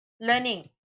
learning